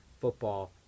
Football